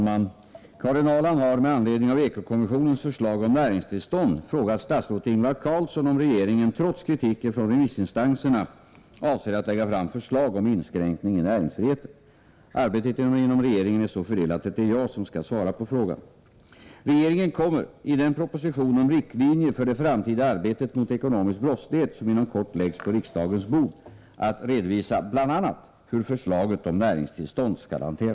Eko-kommissionens förslag om införande avs.k. näringstillstånd har varit ute på remiss under sommaren. Merparten av remissinstanserna är starkt negativa. Avser regeringen att trots kritiken från remissinstanserna lägga fram förslag om inskränkning i näringsfriheten?